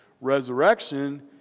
resurrection